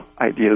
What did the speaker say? ideas